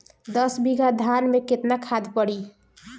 दस बिघा धान मे केतना खाद परी?